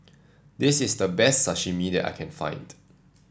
this is the best Sashimi that I can find